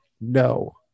no